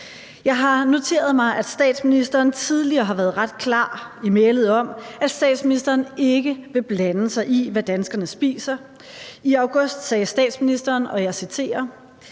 Jeg har noteret mig, at statsministeren tidligere har været ret klar i mælet om, at statsministeren ikke vil blande sig i, hvad danskerne spiser. I august sagde statsministeren, og jeg citerer: